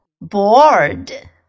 Bored